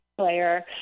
player